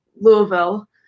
louisville